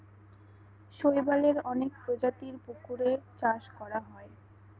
শৈবালের অনেক প্রজাতির পুকুরে চাষ করা হয়